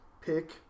pick